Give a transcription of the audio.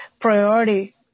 priority